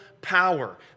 power